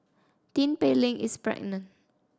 Tin Pei Ling is pregnant